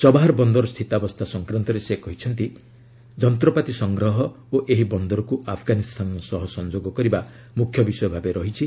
ଚବାହର ବନ୍ଦରର ସ୍ଥିତାବାସ୍ତା ସଂକ୍ରାନ୍ତରେ ସେ କହିଛନ୍ତି ଯନ୍ତ୍ରପାତି ସଂଗ୍ରହ ଓ ଏହି ବନ୍ଦରକୁ ଆଫଗାନିସ୍ତାନ ସହ ସଂଯୋଗ କରିବା ମୁଖ୍ୟ ବିଷୟ ଭାବେ ରହିଛି